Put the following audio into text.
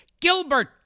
Gilbert